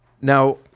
Now